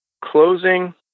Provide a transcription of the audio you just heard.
closing